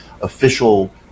official